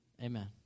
Amen